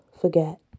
forget